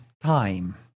time